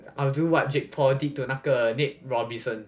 I will do what jake paul did to 那个 nate robinson